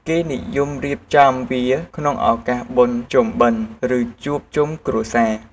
គេនិយមរៀបចំវាក្នុងឱកាសបុណ្យភ្ជុំបិណ្ឌ ឬជួបជុំគ្រួសារ។